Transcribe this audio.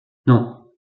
non